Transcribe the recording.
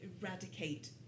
eradicate